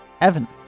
Evan